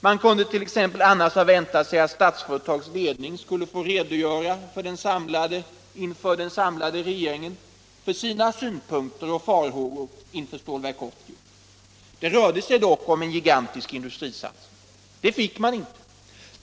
Man kunde t.ex. annars ha väntat sig att Statsföretags ledning inför den samlade regeringen skulle fått redogöra för sina synpunkter och farhågor inför Stålverk 80. Det rörde sig dock om en gigantisk industrisatsning. Detta fick man inte.